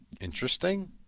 interesting